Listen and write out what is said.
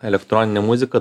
elektroninė muzika